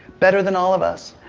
better than all of us.